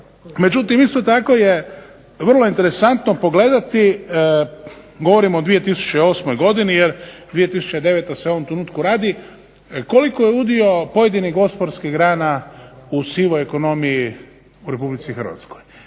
Međutim, isto tako je vrlo interesantno pogledati, govorim o 2008. godini jer 2009. se u ovom trenutku radi, koliko je udio pojedinih gospodarskih grana u sivoj ekonomiji u Republici Hrvatskoj.